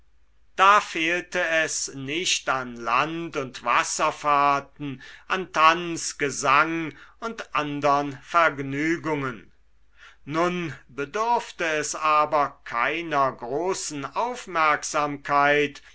da fehlte es nicht an land und wasserfahrten an tanz gesang und andern vergnügungen nun bedurfte es aber keiner großen aufmerksamkeit